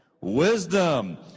Wisdom